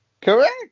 Correct